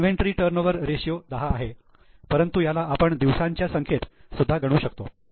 inventory turnover ratio 10 आहे परंतु याला आपण दिवसांच्या संख्येत सुद्धा गणू शकतो